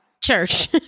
Church